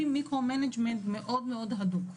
מיקרו-ניהול מאוד מאוד הדוק.